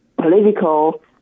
political